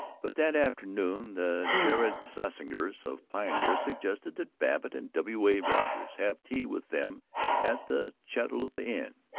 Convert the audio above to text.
but that afternoon the jered sassburgers of pioneer suggested that babbitt and w. a. rogers have tea with them at the catalpa inn.